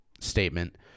statement